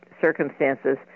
circumstances